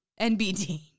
NBD